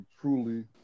truly